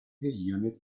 unit